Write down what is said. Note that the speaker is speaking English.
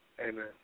Amen